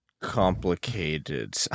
complicated